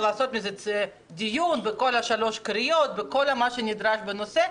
ולעשות על זה דיון בשלוש קריאות וכל מה שנדרש בנושא.